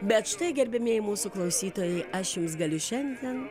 bet štai gerbiamieji mūsų klausytojai aš jums galiu šiandien